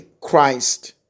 christ